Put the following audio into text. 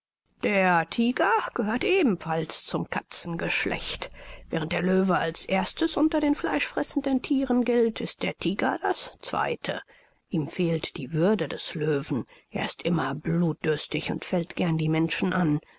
der tiger gehört ebenfalls zum katzengeschlecht während der löwe als erstes unter den fleischfressenden thieren gilt ist der tiger das zweite ihm fehlt die würde des löwen er ist immer blutdürstig und fällt gern die menschen an